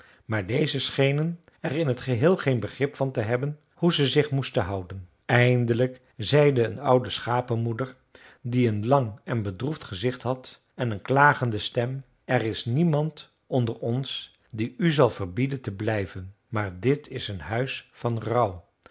maar deze schenen er in t geheel geen begrip van te hebben hoe ze zich moesten houden eindelijk zeide een oude schapemoeder die een lang en bedroefd gezicht had en een klagende stem er is niemand onder ons die u zal verbieden te blijven maar dit is een huis van rouw